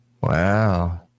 Wow